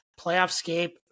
playoffscape